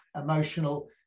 emotional